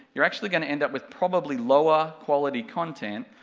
you're actually gonna end up with probably lower quality content,